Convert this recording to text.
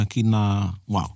Wow